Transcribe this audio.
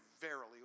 verily